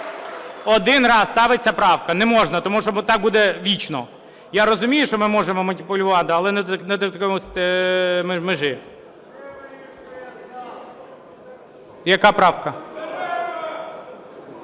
Один раз ставиться правка. Не можна, тому що так буде вічно. Я розумію, що ми можемо маніпулювати, але не до такої межі. Яка правка?